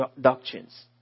doctrines